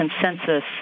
consensus